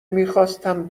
میخواستم